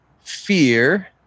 fear